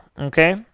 Okay